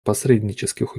посреднических